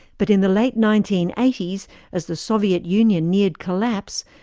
but in the late nineteen eighty s as the soviet union neared collapse,